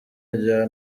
rya